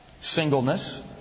singleness